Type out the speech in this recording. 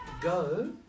go